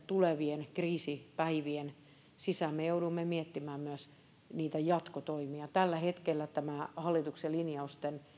tulevien kriisipäivien aikana me joudumme miettimään myös jatkotoimia tällä hetkellä tämä hallituksen linjausten